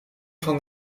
van